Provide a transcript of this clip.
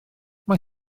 mae